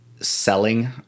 selling